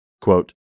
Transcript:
Quote